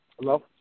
Hello